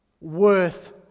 worth